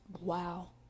wow